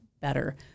better